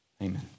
Amen